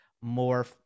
more